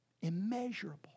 Immeasurable